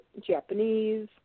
Japanese